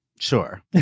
Sure